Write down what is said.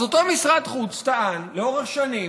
אז אותו משרד חוץ טען לאורך שנים,